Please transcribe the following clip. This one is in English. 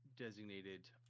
Designated